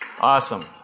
awesome